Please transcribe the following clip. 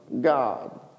God